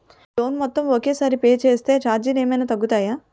Loan మొత్తం ఒకే సారి పే చేస్తే ఛార్జీలు ఏమైనా తగ్గుతాయా?